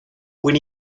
when